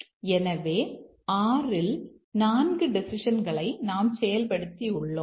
எனவே 6 இல் 4 டெசிஷன்களை நாம் செயல்படுத்தி உள்ளோம்